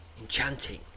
enchanting